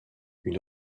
une